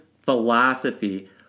philosophy